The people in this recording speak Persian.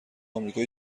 آمریکای